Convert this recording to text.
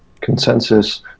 consensus